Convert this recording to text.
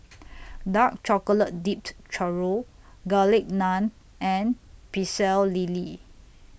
Dark Chocolate Dipped Churro Garlic Naan and Pecel Lele